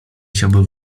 chciałby